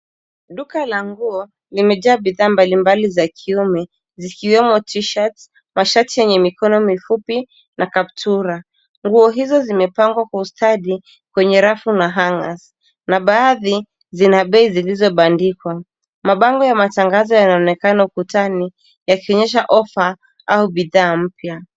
Duka la nguo limejaa bidhaa mbalimbali za kiume zikiwemo t shirts mashati yenye mikono mifupi na kaptura nguo hizo zimepangwa kwa ustadi kwenye rafu na hangers na baadhi zina bei zilizobandikwa mabango ya matangazo yanaonekana ukutani yakionyesha offer au bidhaa mpya.